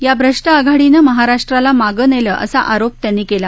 या भ्रष्ट आघाडीनं महाराष्ट्राला मागं नेलं असा आरोप त्यांनी केला